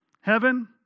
Heaven